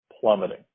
plummeting